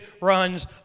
runs